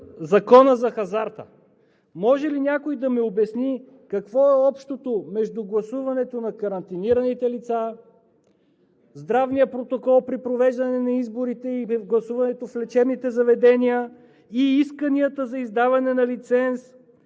Закона за хазарта. Може ли някой да ми обясни: какво е общото между гласуването на карантинираните лица, здравния протокол при провеждане на изборите или гласуването в лечебните заведения и исканията за издаване на лиценз